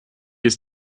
ist